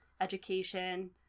education